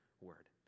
Word